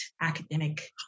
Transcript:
academic